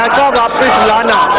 um da da da da